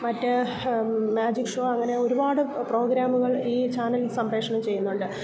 മറ്റ് magic show അങ്ങനെ ഒരുപാട് പ്രോഗ്രാമുകൾ ഈ ചാനൽ സംപ്രേക്ഷണം ചെയ്യുന്നുണ്ട്